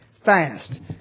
Fast